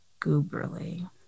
gooberly